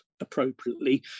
appropriately